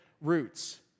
roots